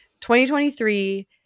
2023